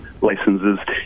licenses